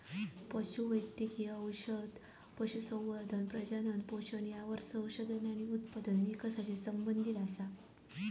पशु वैद्यकिय औषध, पशुसंवर्धन, प्रजनन, पोषण यावर संशोधन आणि उत्पादन विकासाशी संबंधीत असा